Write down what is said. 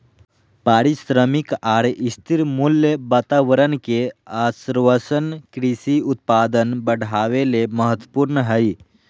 पारिश्रमिक आर स्थिर मूल्य वातावरण के आश्वाशन कृषि उत्पादन बढ़ावे ले महत्वपूर्ण हई